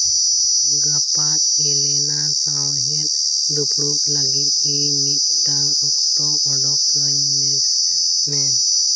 ᱜᱟᱯᱟ ᱮᱞᱮᱱᱟ ᱥᱟᱶᱦᱮᱫ ᱫᱩᱯᱲᱩᱵ ᱞᱟᱹᱜᱤᱫ ᱤᱧ ᱢᱤᱫᱴᱟᱱ ᱚᱠᱛᱚ ᱚᱰᱳᱠ ᱟᱹᱧ ᱢᱮ